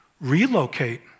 relocate